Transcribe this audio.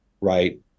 right